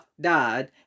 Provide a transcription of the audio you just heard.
died